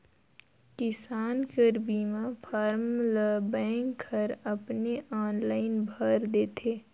किसान कर बीमा फारम ल बेंक हर अपने आनलाईन भइर देथे